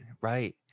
Right